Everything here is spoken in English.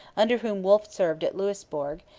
under whom wolfe served at louisbourg,